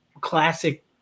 classic